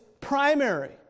primary